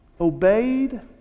obeyed